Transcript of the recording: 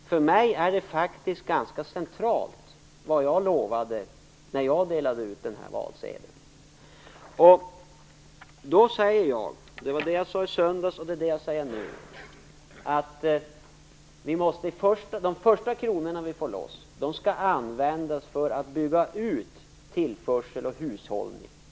För mig är det faktiskt ganska centralt vad jag lovade när jag delade ut valsedeln. Därför säger jag, som jag också sade i söndags, att de första kronorna som vi får loss skall användas för att bygga ut för tillförsel och hushållning.